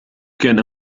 كان